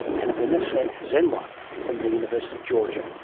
and vanessa ezenwa from the university of georgia,